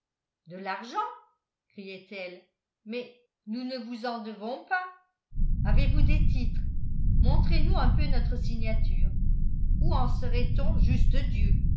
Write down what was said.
de l'argent criait-elle mais nous ne vous en devons pas avez-vous des titres montrez-nous un peu notre signature où en serait-on juste dieu